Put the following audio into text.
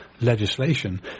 legislation